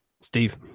Steve